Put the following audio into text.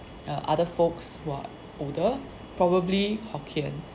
err other folks who are older probably hokkien